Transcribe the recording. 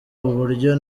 uburyo